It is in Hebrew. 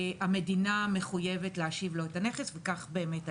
המדינה מחויבת להשיב לו את הנכס וכך באמת היה.